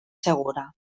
segura